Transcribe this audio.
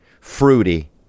Fruity